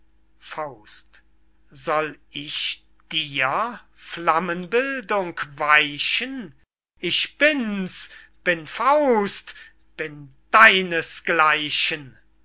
wurm soll ich dir flammenbildung weichen ich bin's bin faust bin deines